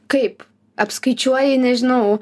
kaip apskaičiuoji nežinau